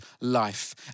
Life